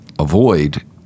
avoid